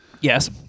Yes